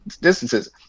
distances